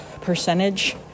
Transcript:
percentage